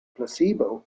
placebo